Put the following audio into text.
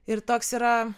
ir toks yra